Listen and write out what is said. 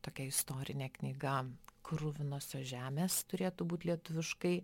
tokia istorinė knyga kruvinosios žemės turėtų būt lietuviškai